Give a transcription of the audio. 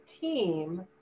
team